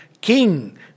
king